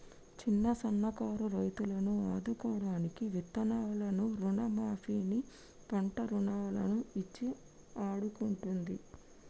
చిన్న సన్న కారు రైతులను ఆదుకోడానికి విత్తనాలను రుణ మాఫీ ని, పంట రుణాలను ఇచ్చి ఆడుకుంటుంది